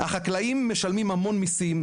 החקלאים משלמים המון מיסים,